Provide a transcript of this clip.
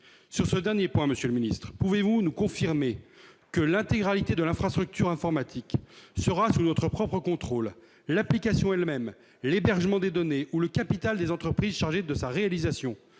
Sur ce dernier point, monsieur le secrétaire d'État, pouvez-vous nous confirmer que l'intégralité de l'infrastructure informatique sera sous notre propre contrôle- l'application elle-même, l'hébergement des données ou le capital des entreprises chargées de sa réalisation ?